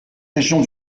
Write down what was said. régions